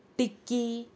टिक्की